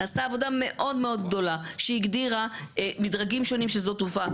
נעשתה עבודה מאוד מאוד גדולה שהגדירה מדרגים שונים של שדות תעופה.